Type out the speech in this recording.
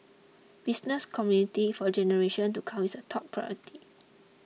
business continuity for generations to come is a top priority